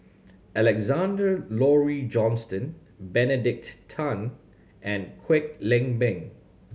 Alexander Laurie Johnston Benedict Tan and Kwek Leng Beng